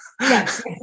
Yes